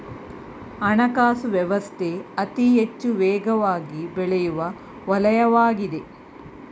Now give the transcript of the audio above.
ಹಣಕಾಸು ವ್ಯವಸ್ಥೆ ಅತಿಹೆಚ್ಚು ವೇಗವಾಗಿಬೆಳೆಯುವ ವಲಯವಾಗಿದೆ